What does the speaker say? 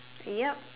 yup